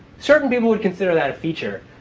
certain people would consider that a feature.